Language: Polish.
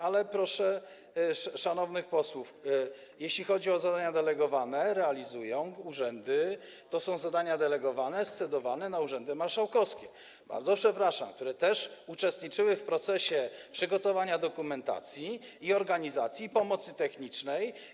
Ale, szanowni posłowie, jeśli chodzi o zadania delegowane, realizują je urzędy, to są zadania delegowane, scedowane na urzędy marszałkowskie, które - bardzo przepraszam - też uczestniczyły w procesie przygotowania dokumentacji, organizacji i pomocy technicznej.